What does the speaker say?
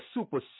Super